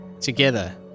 Together